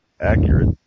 accurate